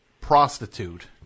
prostitute